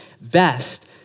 best